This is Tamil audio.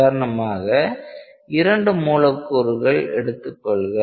உதாரணமாக இரண்டு மூலக்கூறுகள் எடுத்துக் கொள்க